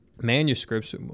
manuscripts